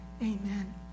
amen